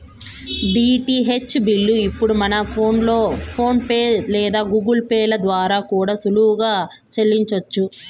DTH bill ఇప్పుడు మనం PhonePe లేదా గూగుల్ పే ల ద్వారా కూడా సులువుగా సెల్లించొచ్చు